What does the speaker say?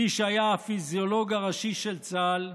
מי שהיה הפיזיולוג הראשי של צה"ל,